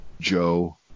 Joe